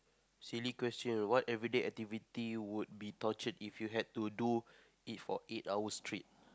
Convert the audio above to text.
silly question what everyday activities would be torture if you have to do it of each eight hour trip